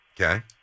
Okay